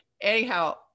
Anyhow